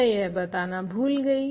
मैं यह बताना भूल गई